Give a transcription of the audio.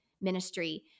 ministry